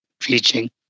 preaching